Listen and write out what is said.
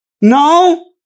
no